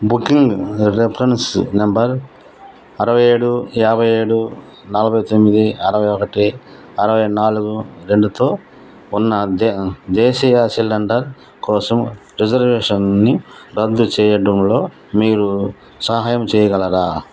booking reference number అరవై ఏడు యాభై ఏడు నలభై తొమ్మిది అరవై ఒకటి అరవై నాలుగు రెండుతో ఉన్న దే దేశీయ సిలిండర్ కోసం రిజర్వేషన్ని రద్దు చెయ్యడంలో మీరు సహాయం చెయ్యగలరా